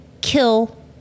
kill